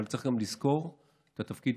אבל צריך גם לזכור את התפקיד.